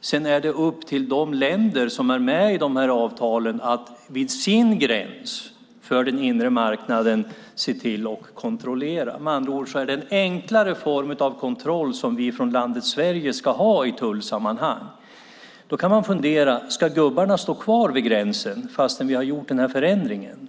Sedan är det upp till de länder som är med i avtalen att göra en kontroll vid sina gränser för den inre marknaden. Med andra ord är det en enklare form av kontroll som vi från landet Sverige ska ha i tullsammanhang. Ska gubbarna stå kvar vid gränsen fastän vi har gjort denna förändring?